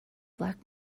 black